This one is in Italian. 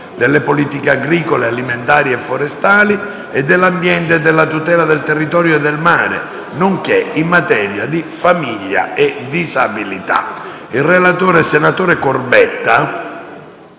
delle politiche agricole alimentari e forestali e dell'ambiente e della tutela del territorio e del mare, nonché in materia di famiglia e disabilità», premesso che: